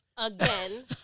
Again